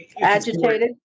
Agitated